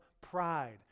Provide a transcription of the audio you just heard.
pride